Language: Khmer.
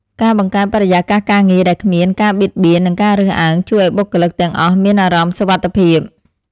ការបង្កើតបរិយាកាសការងារដែលគ្មានការបៀតបៀននិងការរើសអើង ជួយឱ្យបុគ្គលិកទាំងអស់មានអារម្មណ៍សុវត្ថិភាព។